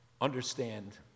understand